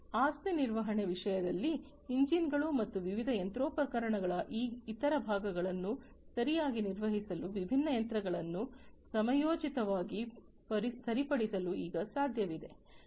ಆಸ್ತಿ ನಿರ್ವಹಣೆಯ ವಿಷಯದಲ್ಲಿ ಎಂಜಿನ್ಗಳು ಮತ್ತು ವಿವಿಧ ಯಂತ್ರೋಪಕರಣಗಳ ಇತರ ಭಾಗಗಳನ್ನು ಸರಿಯಾಗಿ ನಿರ್ವಹಿಸಲು ವಿಭಿನ್ನ ಯಂತ್ರಗಳನ್ನು ಸಮಯೋಚಿತವಾಗಿ ಸರಿಪಡಿಸಲು ಈಗ ಸಾಧ್ಯವಿದೆ